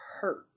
hurt